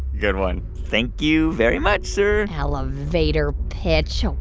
good one thank you very much, sir elevator pitch. oh,